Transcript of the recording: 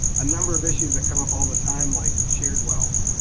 a number of issues that come up all the time like shared wells.